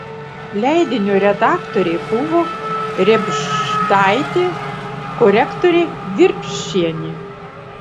leidinio redaktorė buvo rėbždaitė korektorė virpšienė